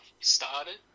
started